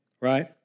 right